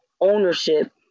ownership